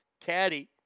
caddy